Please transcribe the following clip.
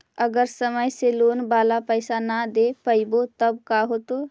अगर समय से लोन बाला पैसा न दे पईबै तब का होतै?